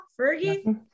Fergie